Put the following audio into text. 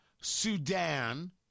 Sudan